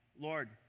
Lord